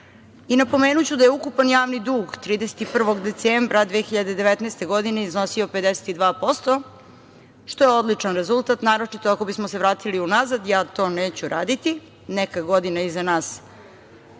Napomenuću da je ukupan javni dug 31. decembra 2019. godine, iznosio 52%, što je odličan rezultat, naročito ako bismo se vratili unazad, ja to neću raditi, neka godine iza nas